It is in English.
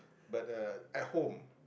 but uh at home